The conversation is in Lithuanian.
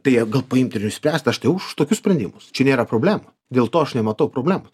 tai jie gal paimt ir nuspręst aš tai už tokius sprendimus čia nėra problemų dėl to aš nematau problemų